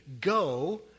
go